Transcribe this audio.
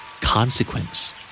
Consequence